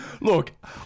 Look